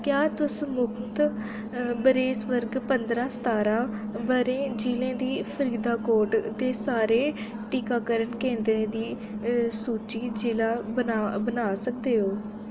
क्या तुस मुख्त बरेस वर्ग पंदरां सतारां ब'रे जिले दे फरीदकोट दे सारे टीकाकरण केंद्रें दी सूची जिले च बना बनाई सकदे ओ